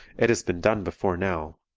it has been done before now.